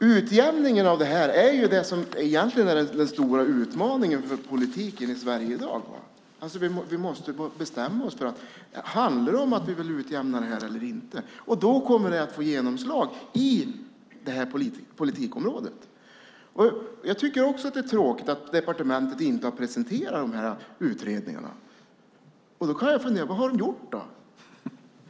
Utjämningen är den stora utmaningen för politiken i Sverige i dag. Vi måste bestämma oss för om det handlar om att vi vill utjämna detta eller inte. Då får det genomslag i det här politikområdet. Jag tycker också att det är tråkigt att departementet inte har presenterat de här utredningarna.